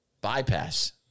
bypass